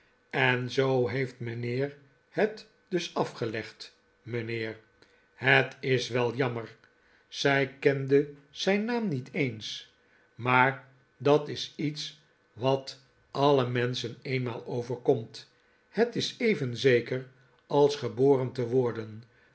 en zoo heeft mijnheer het dus afgelegd mijnheer het is wel jammer zij kende zijn naam niet eens maar dat is iets wat alle menschen eenmaal overkomt het is even zeker als geboren te worden